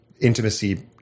intimacy